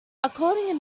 according